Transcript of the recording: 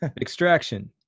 Extraction